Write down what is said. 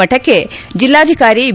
ಮಠಕ್ಕೆ ಜಿಲ್ಲಾಧಿಕಾರಿ ಬಿ